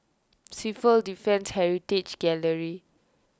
Civil Defence Heritage Gallery